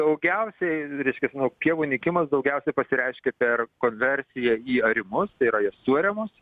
daugiausiai reiškias nu pievų nykimas daugiausiai pasireiškia per konversiją į arimus tai yra jos suariamos